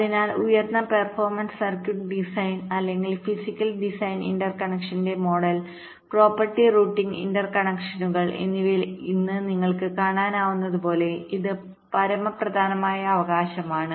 അതിനാൽ ഉയർന്ന performance circuit ഡിസൈൻഅല്ലെങ്കിൽ ഫിസിക്കൽ ഡിസൈൻ ഇന്റർകണക്ഷന്റെ മോഡലിംഗ് പ്രോപ്പർട്ടി റൂട്ടിംഗ് ഇൻറർ കണക്ഷനുകൾഎന്നിവയിൽ ഇന്ന് നിങ്ങൾക്ക് കാണാനാകുന്നതുപോലെ ഇത് പരമപ്രധാനമായ അവകാശമാണ്